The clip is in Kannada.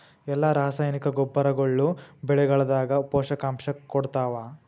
ಎಲ್ಲಾ ರಾಸಾಯನಿಕ ಗೊಬ್ಬರಗೊಳ್ಳು ಬೆಳೆಗಳದಾಗ ಪೋಷಕಾಂಶ ಕೊಡತಾವ?